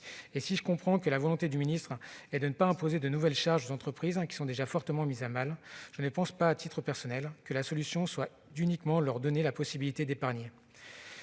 Si je comprends la volonté du ministre de ne pas imposer de nouvelles charges aux entreprises, déjà fortement mises à mal, je ne pense pas, à titre personnel, que la solution soit uniquement de leur donner la possibilité d'épargner.